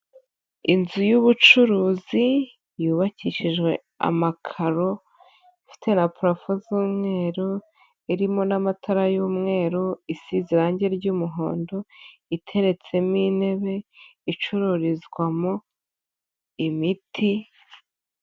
Inzu y'ubucuruzi, yubakishijwe amakaro, ifite na purafo z'umweru, irimo n'amatara y'umweru, isize irangi ry'umuhondo, iteretsemo intebe, icururizwamo imiti...